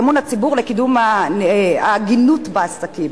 "אמון הציבור לקידום ההגינות בעסקים"